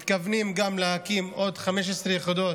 מתכוונים להקים עוד 15 יחידות.